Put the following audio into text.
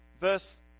Verse